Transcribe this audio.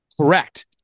Correct